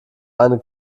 eine